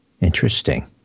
Interesting